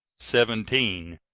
seventeen.